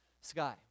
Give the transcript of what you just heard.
sky